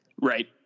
Right